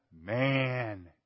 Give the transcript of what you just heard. man